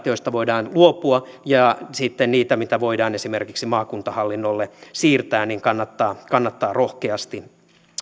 joista voidaan luopua ja sitten niiden mitä voidaan esimerkiksi maakuntahallinnolle siirtää kannattaa kannattaa rohkeasti